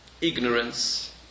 ignorance